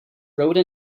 rode